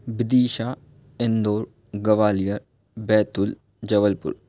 Vidisha Indore Gwalior Betul Jabalpur